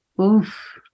Oof